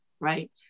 right